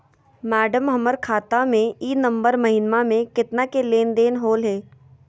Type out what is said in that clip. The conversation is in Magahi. मैडम, हमर खाता में ई नवंबर महीनमा में केतना के लेन देन होले है